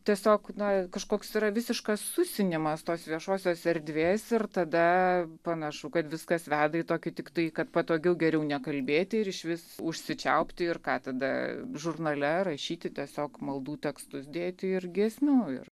tiesiog na kažkoks yra visiškas susinimas tos viešosios erdvės ir tada panašu kad viskas veda į tokį tik tai kad patogiau geriau nekalbėti ir išvis užsičiaupti ir ką tada žurnale rašyti tiesiog maldų tekstus dėti ir giesmių ir